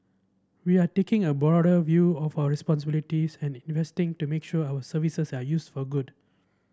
we are taking a broader view of our responsibilities and investing to make sure our services are used for good